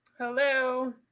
Hello